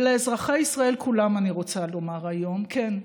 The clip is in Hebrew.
ולאזרחי ישראל כולם אני רוצה לומר היום: כן,